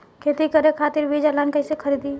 खेती करे खातिर बीज ऑनलाइन कइसे खरीदी?